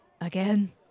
again